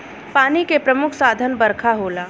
पानी के प्रमुख साधन बरखा होला